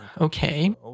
okay